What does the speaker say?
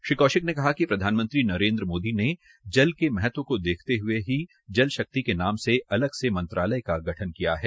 श्री कौशिक ने कहा कि प्रधानमंत्री नरेंद्र मोदी ने जल के महत्व को देखते हुए ही जल शक्ति के नाम से अलग से मंत्रालय का गठन किया है